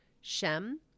Shem